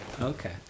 Okay